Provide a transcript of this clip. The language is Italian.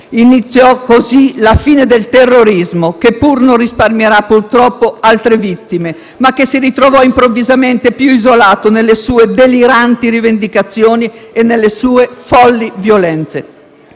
Iniziò, così, la fine del terrorismo, che pur non risparmierà, purtroppo, altre vittime, ma che si ritrovò improvvisamente più isolato nelle sue deliranti rivendicazioni e nelle sue folli violenze.